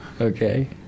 Okay